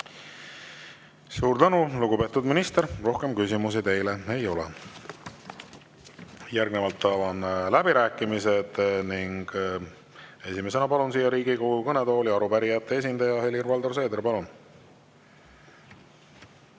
Suur tänu, lugupeetud minister! Rohkem küsimusi teile ei ole. Järgnevalt avan läbirääkimised ning esimesena palun siia Riigikogu kõnetooli arupärijate esindaja. Helir-Valdor Seeder, palun!